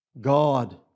God